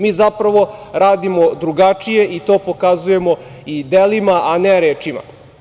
Mi zapravo radimo drugačije i to pokazujemo i delima, a ne rečima.